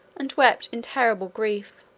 and wept in terrible grief.